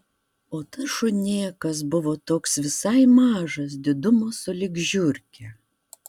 o tas šunėkas buvo toks visai mažas didumo sulig žiurke